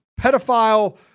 pedophile